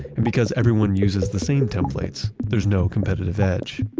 and because everyone uses the same templates, there's no competitive edge.